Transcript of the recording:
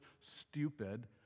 stupid